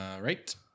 Right